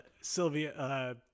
Sylvia